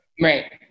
Right